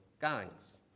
gangs